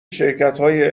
شرکتهای